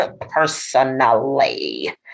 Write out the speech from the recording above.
personally